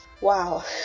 wow